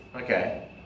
okay